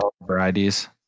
varieties